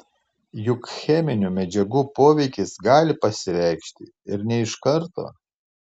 juk cheminių medžiagų poveikis gali pasireikšti ir ne iš karto